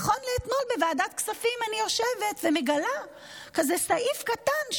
נכון לאתמול בוועדת כספים אני יושבת ומגלה כזה סעיף קטן,